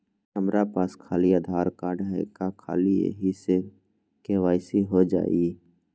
हमरा पास खाली आधार कार्ड है, का ख़ाली यही से के.वाई.सी हो जाइ?